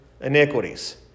iniquities